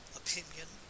opinion